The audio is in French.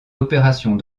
opérations